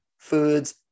Foods